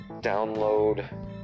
Download